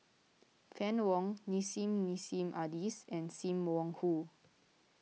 Fann Wong Nissim Nassim Adis and Sim Wong Hoo